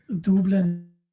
Dublin